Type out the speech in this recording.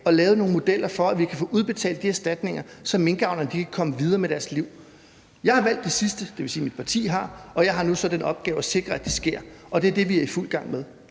få lavet nogle modeller for, at vi kan få udbetalt de erstatninger, så minkavlerne kan komme videre med deres liv. Jeg har valgt det sidste – det vil sige, at mit parti har – og jeg har så nu den opgave at sikre, at det sker, og det er jo det, vi er i fuld gang med.